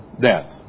death